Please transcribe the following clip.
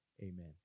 amen